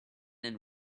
and